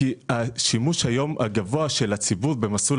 כי השימוש הגבוה היום של הציבור במסלול